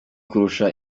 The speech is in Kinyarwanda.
kurusha